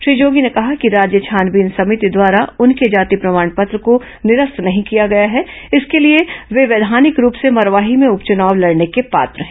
श्री जोगी ने कहा कि राज्य छानबीन सभिति द्वारा उनके जाति प्रमाण पत्र को निरस्त नहीं किया गया है इसलिए वे वैधानिक रूप से मरवाही में उपचुनाव लड़ने के पात्र हैं